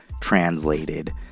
translated